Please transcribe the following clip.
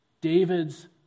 David's